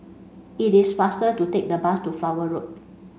it is faster to take the bus to Flower Road